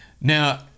Now